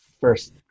first